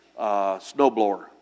snowblower